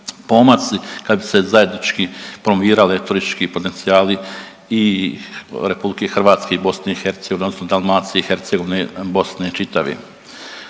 kad bi se zajednički promovirali turistički potencijali i RH i BiH odnosno Dalmacije i Hercegovine, Bosne čitave.